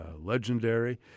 legendary